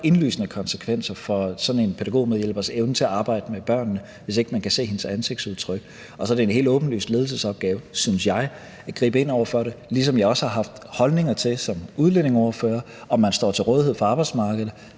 indlysende konsekvenser for sådan en pædagogmedhjælpers evne til at arbejde med børnene, hvis ikke man kan se hendes ansigtsudtryk, og så er det en helt åbenlys ledelsesopgave, synes jeg, at gribe ind over for det. På samme måde har jeg også haft holdninger til som udlændingeordfører, om man står til rådighed for arbejdsmarkedet,